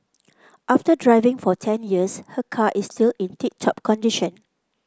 after driving for ten years her car is still in tip top condition